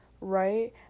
right